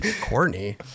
Courtney